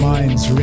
Minds